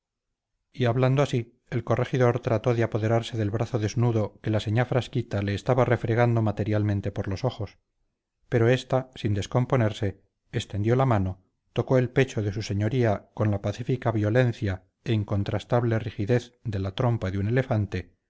y hablando así el corregidor trató de apoderarse del brazo desnudo que la señá frasquita le estaba refregando materialmente por los ojos pero ésta sin descomponerse extendió la mano tocó el pecho de su señoría con la pacífica violencia e incontrastable rigidez de la trompa de un elefante